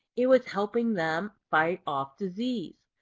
it was helping them fight off disease.